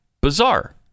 Bizarre